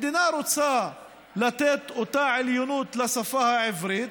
המדינה רוצה לתת אותה עליונות לשפה העברית,